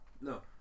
No